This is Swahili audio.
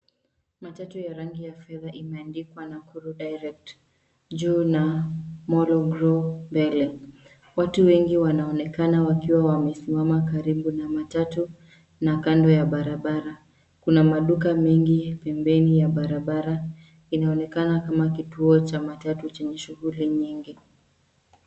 Matatu ya rangi ya fedha imeandikwa Nakuru direct juu na Molo grow mbele. Watu wengi wanaonekana wakiwa wamesimama karibu na matatu na kando ya barabara. Kuna maduka mengi pembeni ya barabara. Inaonekana kama kituo cha matatu chenye shughuli nyingi.